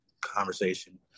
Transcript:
conversation